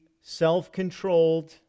self-controlled